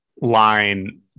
line